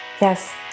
Yes